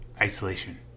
isolation